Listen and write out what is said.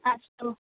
अस्तु